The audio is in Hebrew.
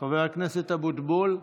חבר הכנסת אבוטבול,